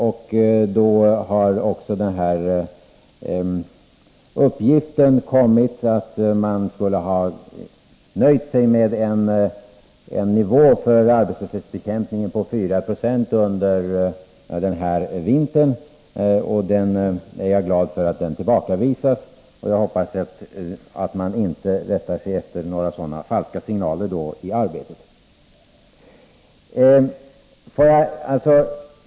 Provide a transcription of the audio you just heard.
Då har också uppgiften kommit att man skulle ha nöjt sig med en nivå för arbetslöshetsbekämpningen på 4 96 under den kommande vintern. Jag är glad över att detta tillbakavisas. Jag hoppas att man inte rättar sig efter några sådana falska signaler i arbetet.